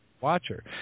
watcher